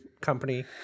company